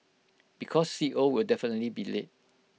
because C O will definitely be late